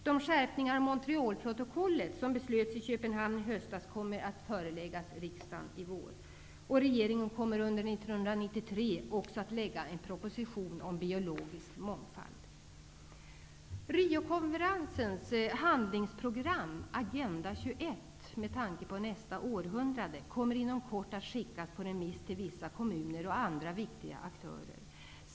De skärpningar av Montrealprotokollet som beslöts i Köpenhamn i höstas kommer att föreläggas riksdagen i vår. Regeringen kommer under 1993 också att lägga fram en proposition om biologisk mångfald. med tanke på nästa århundrade --, kommer inom kort att skickas på remiss till vissa kommuner och andra viktiga aktörer.